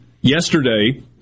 yesterday